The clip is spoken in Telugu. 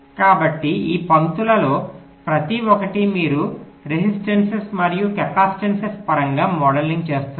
కాబట్టి ఈ పంక్తులలో ప్రతి ఒక్కటి మీరు రెసిస్టన్స్స్ మరియు కెపాసిటెన్స్ల పరంగా మోడలింగ్ చేస్తున్నారు